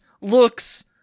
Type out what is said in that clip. looks